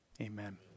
Amen